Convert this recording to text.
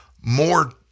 more